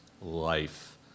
life